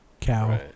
cow